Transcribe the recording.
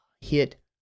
hit